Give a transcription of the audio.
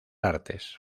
artes